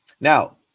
Now